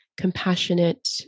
compassionate